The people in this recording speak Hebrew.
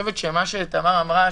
מה שתמר אמרה,